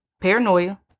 paranoia